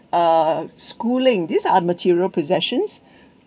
uh schooling this are material possessions